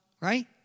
right